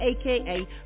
aka